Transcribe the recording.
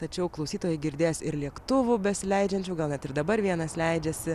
tačiau klausytojai girdės ir lėktuvų besileidžiančių gal net ir dabar vienas leidžiasi